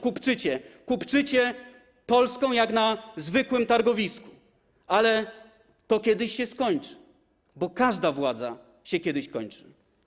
Kupczycie, kupczycie Polską jak na zwykłym targowisku, ale to kiedyś się skończy, bo każda władza kiedyś się kończy.